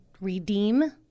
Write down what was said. Redeem